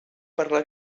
parlar